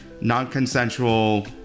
non-consensual